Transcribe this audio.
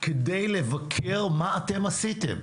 כדי לבקר מה אתם עשיתם.